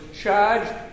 charged